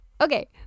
Okay